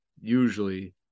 usually